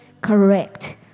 correct